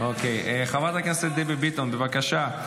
חברת הכנסת דבי ביטון, בבקשה.